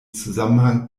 zusammenhang